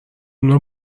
اونو